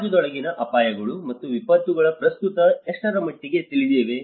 ಸಮಾಜದೊಳಗಿನ ಅಪಾಯಗಳು ಮತ್ತು ವಿಪತ್ತುಗಳು ಪ್ರಸ್ತುತ ಎಷ್ಟರ ಮಟ್ಟಿಗೆ ತಿಳಿದಿವೆ